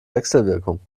wechselwirkung